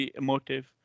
emotive